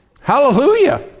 Hallelujah